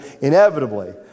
inevitably